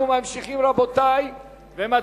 אנחנו ממשיכים ומצביעים